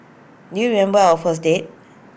do you remember our first date